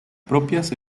propias